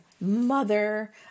mother